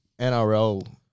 NRL